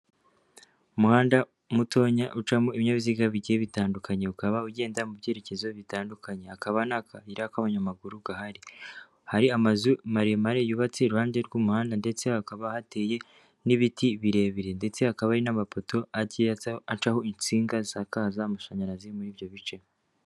Umuhanda mutoya ucamo ibinyabiziga bigiye bitandukanye, ukaba ugenda mu byerekezo bitandukanye, hakaba nta kayira k'abanyamaguru gahari, hari amazu maremare yubatse iruhande rw'umuhanda ndetse hakaba hateye n'ibiti birebire, ndetse hakaba hari n'amapoto agiye acaho insinga zisakaza amashanyarazi muri ibyo bice.